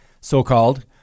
so-called